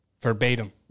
Verbatim